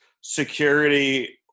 security